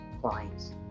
clients